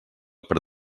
per